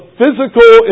physical